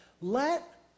let